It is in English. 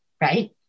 right